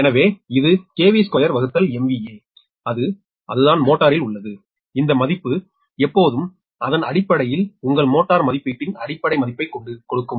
எனவே இது 2MVAஅது அதன் மோட்டாரில் உள்ளது இந்த மதிப்பு எப்போதும் அதன் அடிப்படை அடிப்படையில் உங்கள் மோட்டார் மதிப்பீட்டின் அடிப்படை மதிப்பைக் கொடுக்கும்